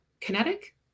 kinetic